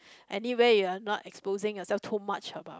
anyway you're not exposing yourself too much about